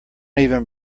even